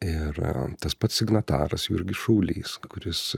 ir tas pats signataras jurgis šaulys kuris